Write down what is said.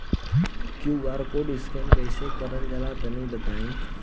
QR code scan कैसे क़रल जला तनि बताई?